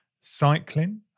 cycling